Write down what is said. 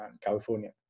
california